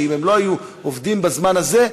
שאם הם לא היו עובדים בזמן הזה,